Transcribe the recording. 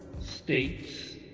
states